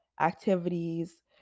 activities